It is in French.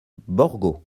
borgo